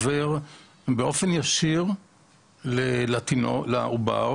עובר באופן ישיר לעובר,